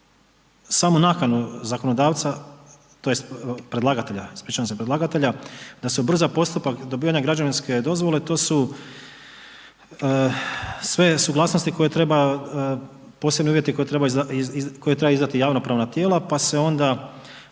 ispričavam se, predlagatelja da se ubrza postupak dobivanja građevinske dozvole, to su sve suglasnosti koje treba, posebni uvjeti koje trebaju izdati javnopravna tijela pa se onda